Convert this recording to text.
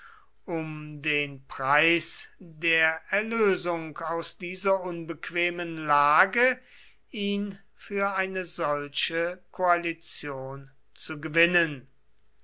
um den preis der erlösung aus dieser unbequemen lage ihn für eine solche koalition zu gewinnen